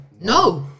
No